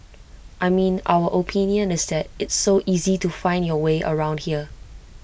I mean our opinion is that it's so easy to find your way around here